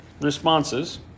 responses